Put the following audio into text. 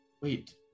Wait